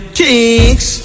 kicks